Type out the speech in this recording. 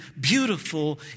beautiful